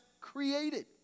created